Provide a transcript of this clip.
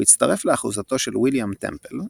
הוא הצטרף לאחוזתו של ויליאם טמפל,